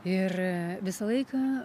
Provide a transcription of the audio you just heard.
ir visą laiką